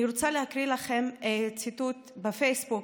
אני רוצה להקריא לכם ציטוט מהפייסבוק